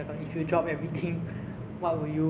是 basically I procrastinate